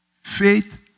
Faith